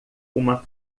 uma